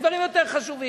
יש דברים יותר חשובים,